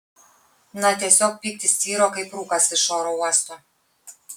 na tiesiog pyktis tvyro kaip rūkas virš oro uosto